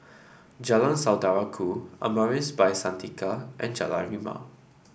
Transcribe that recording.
Jalan Saudara Ku Amaris By Santika and Jalan Rimau